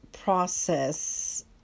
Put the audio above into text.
Process